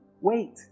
Wait